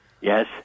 Yes